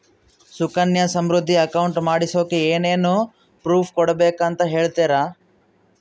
Sukanya Samriddhi account ಮಾಡಿಸೋಕೆ ಏನೇನು proof ಕೊಡಬೇಕು ಅಂತ ಹೇಳ್ತೇರಾ?